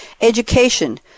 Education